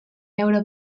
veure